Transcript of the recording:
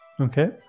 Okay